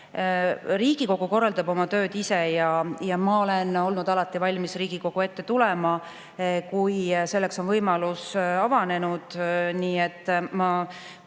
Riigikogu korraldab oma tööd ise. Ma olen olnud alati valmis Riigikogu ette tulema, kui selleks on võimalus avanenud. Nii et ma